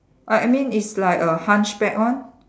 right I mean is like a hunchback one